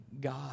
God